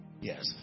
Yes